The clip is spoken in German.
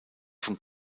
von